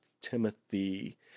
Timothy